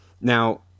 now